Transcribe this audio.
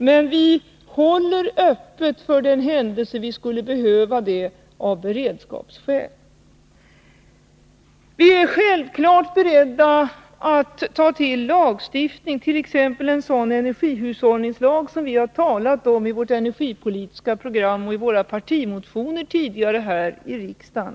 Men vi håller frågan öppen för den händelse vi skulle behöva bryta uran av beredskapsskäl. Vi är självfallet beredda att ta till lagstiftning, t.ex. en sådan energihushållningslag som vi har talat om i vårt energipolitiska program och i våra partimotioner tidigare här i riksdagen.